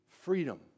Freedom